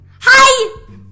Hi